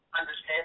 understand